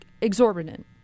exorbitant